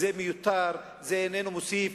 זה מיותר, זה איננו מוסיף,